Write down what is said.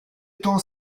temps